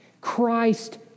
Christ